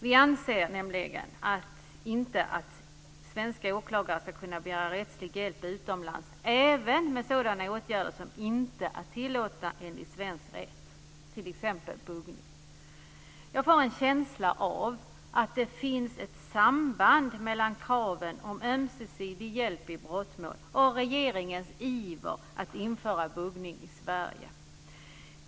Vi anser nämligen inte att svenska åklagare ska kunna begära rättslig hjälp utomlands även med sådana åtgärder som inte är tillåtna enligt svensk rätt, t.ex. buggning. Jag får en känsla av att det finns ett samband mellan kraven på ömsesidig hjälp i brottmål och regeringens iver att införa buggning i Sverige.